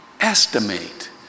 estimate